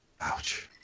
Ouch